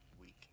week